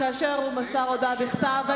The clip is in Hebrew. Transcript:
הוא מסר הודעה בכתב,